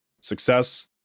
success